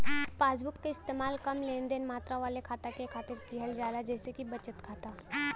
passbook क इस्तेमाल कम लेनदेन मात्रा वाले खाता के खातिर किहल जाला जइसे कि बचत खाता